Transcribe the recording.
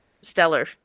stellar